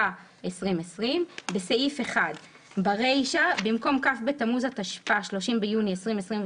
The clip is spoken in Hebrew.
1. בחוק הביטוח הלאומי (תיקון מס' 218,